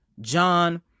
John